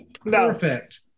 Perfect